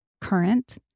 current